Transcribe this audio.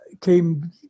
came